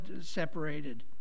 separated